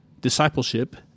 discipleship